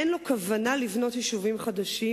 אין לו כוונה לבנות יישובים חדשים